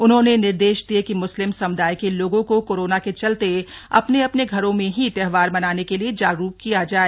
उन्होंने निर्देश दिये कि मुस्लिम समुदाय के लोगों कोरोना के चलते अपने अपने घरों में ही त्योहार मनाने के लिए जागरूक किया जाए